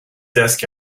desk